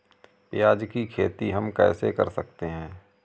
प्याज की खेती हम कैसे कर सकते हैं?